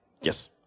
Yes